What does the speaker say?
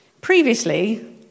Previously